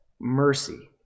mercy